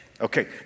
Okay